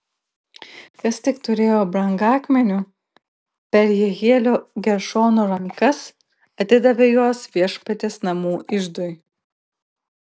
kas tik turėjo brangakmenių per jehielio geršono rankas atidavė juos viešpaties namų iždui